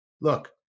look